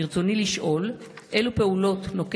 ברצוני לשאול: 1. אילו פעולות נוקט